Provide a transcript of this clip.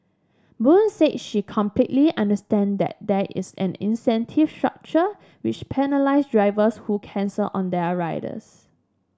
Boon said she completely understand that there is an incentive structure which penalise drivers who cancel on their riders